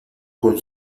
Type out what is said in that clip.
con